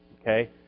okay